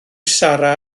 sarra